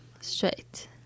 straight